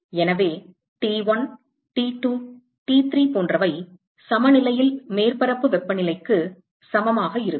எனவே T1 T2 T3 போன்றவை சமநிலையில் மேற்பரப்பு வெப்பநிலைக்கு சமமாக இருக்கும்